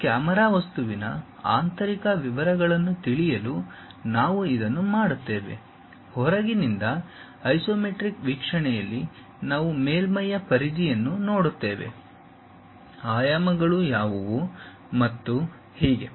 ಆ ಕ್ಯಾಮೆರಾ ವಸ್ತುವಿನ ಆಂತರಿಕ ವಿವರಗಳನ್ನು ತಿಳಿಯಲು ನಾವು ಇದನ್ನು ಮಾಡುತ್ತೇವೆ ಹೊರಗಿನಿಂದ ಐಸೊಮೆಟ್ರಿಕ್ ವೀಕ್ಷಣೆಯಲ್ಲಿ ನಾವು ಮೇಲ್ಮೈಯ ಪರಿಧಿಯನ್ನು ನೋಡುತ್ತೇವೆ ಆಯಾಮಗಳು ಯಾವುವು ಮತ್ತು ಹೀಗೆ